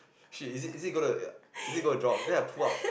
shit is it is it gonna to ya is it gonna to drop then I pull out